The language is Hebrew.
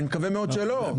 אני מקווה מאוד שלא.